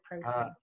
protein